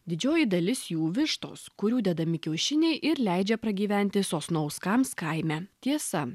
didžioji dalis jų vištos kurių dedami kiaušiniai ir leidžia pragyventi sasnauskams kaime tiesa